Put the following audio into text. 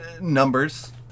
numbers